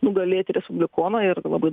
nugalėti respublikoną ir labai